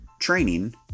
training